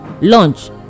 lunch